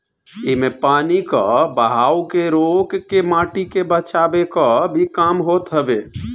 इमे पानी कअ बहाव के रोक के माटी के बचावे कअ भी काम होत हवे